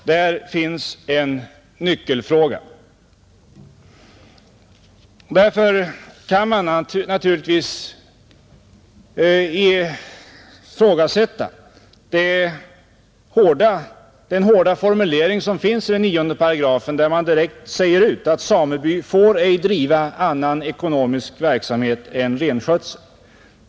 Där finns en nyckelfråga. Det kan naturligtvis ifrågasättas om den hårda formulering som finns i 9 § är motiverad där man direkt säger ut att ”Sameby får ej driva annan ekonomisk verksamhet än renskötsel”.